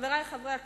חברי חברי הכנסת,